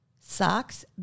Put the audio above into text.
Socks